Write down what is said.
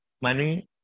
money